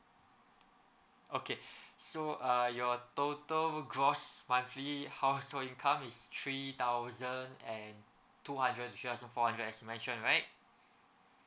okay so uh your total gross monthly household income is three thousand and two hundred to three thousand four hundred as you mentioned right